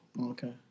Okay